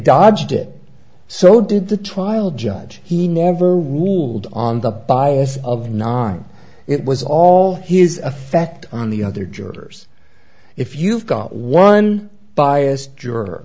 dodged it so did the trial judge he never ruled on the bias of nine it was all his affect on the other jurors if you've got one biased juror